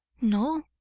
no,